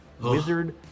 Wizard